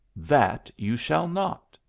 that you shall not,